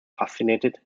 fascinated